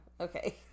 Okay